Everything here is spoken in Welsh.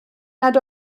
nad